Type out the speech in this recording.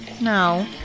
No